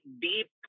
deep